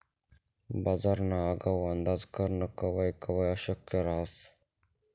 बजारना आगाऊ अंदाज करनं कवय कवय अशक्य रहास